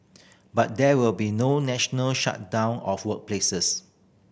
but there will be no national shutdown of workplaces